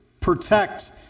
protect